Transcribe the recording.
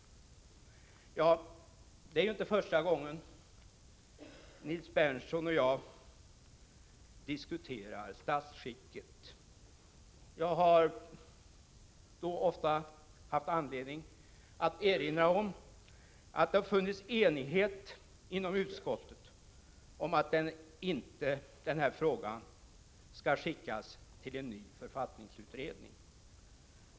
Det är inte första gången som Nils Berndtson och jag diskuterar statsskicket. Jag har tidigare ofta haft anledning att erinra om att det inom utskottet har funnits enighet om att denna fråga inte skall skickas till en ny författningsutredning.